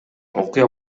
окуя